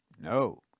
No